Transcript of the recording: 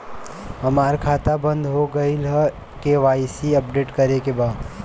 हमार खाता बंद हो गईल ह के.वाइ.सी अपडेट करे के बा?